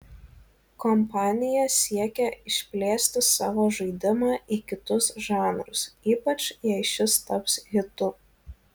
kompanija siekia išplėsti savo žaidimą į kitus žanrus ypač jei šis taps hitu